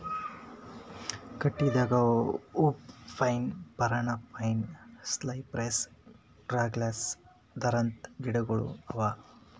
ಕಟ್ಟಗಿದಾಗ hoop pine, ಪರಣ pine, cypress, Douglas ಥರದ್ ಗಿಡಗೋಳು ಅವಾ